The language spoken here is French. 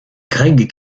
greg